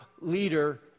leader